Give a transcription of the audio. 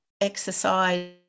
exercise